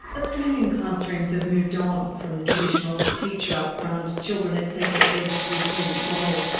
australian classrooms have moved on from the traditional teacher up front, children at separate desks listening model,